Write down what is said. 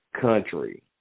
country